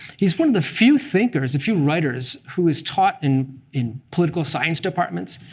he's one of the few thinkers few writers who is taught in in political science departments.